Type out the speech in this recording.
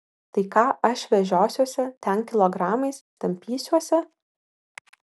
tai ką aš vežiosiuosi ten kilogramais tampysiuosi